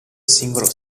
singolo